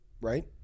right